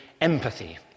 empathy